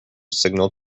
signal